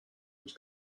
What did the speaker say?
oedd